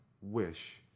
wish